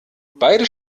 beide